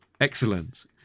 Excellent